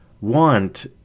want